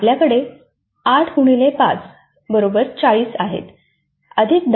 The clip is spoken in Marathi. तर आपल्याकडे 8x5 40 आहे अधिक 10 50 गुण